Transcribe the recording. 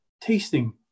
tasting